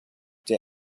der